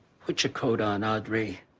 put your coat on, audrey.